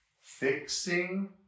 Fixing